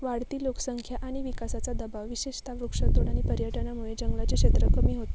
वाढती लोकसंख्या आणि विकासाचा दबाव विशेषतः वृक्षतोड आणि पर्यटनामुळे जंगलाचे क्षेत्र कमी होते